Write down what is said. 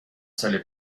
سال